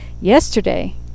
Yesterday